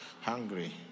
hungry